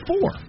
four